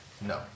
No